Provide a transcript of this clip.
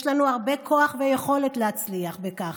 יש לנו הרבה כוח ויכולת להצליח בכך.